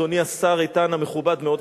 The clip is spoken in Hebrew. אדוני השר איתן המכובד מאוד,